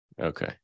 Okay